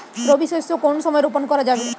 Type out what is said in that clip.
রবি শস্য কোন সময় রোপন করা যাবে?